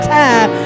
time